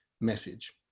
message